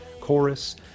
chorus